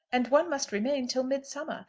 and one must remain till midsummer.